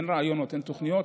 הן רעיונות והן תוכניות,